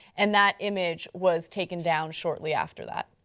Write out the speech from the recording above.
and that image was taken down shortly after that.